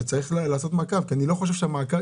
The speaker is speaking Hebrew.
צריך לעשות מעקב.